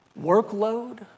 workload